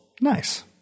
Nice